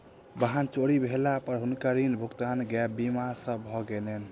वाहन चोरी भेला पर हुनकर ऋण भुगतान गैप बीमा सॅ भ गेलैन